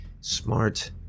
smart